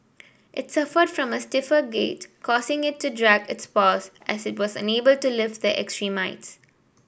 it suffered from a stiffer gait causing it to drag its paws as it was unable to lift its